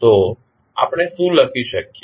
તો આપણે શું લખી શકીએ